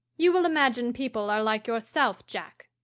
you will imagine people are like yourself, jack.